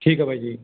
ਠੀਕ ਆ ਬਾਈ ਜੀ